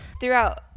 Throughout